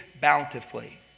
bountifully